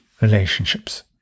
relationships